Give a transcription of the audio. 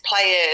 players